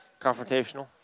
confrontational